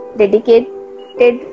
dedicated